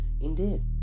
Indeed